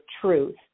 truth